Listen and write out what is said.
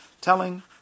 telling